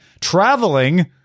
Traveling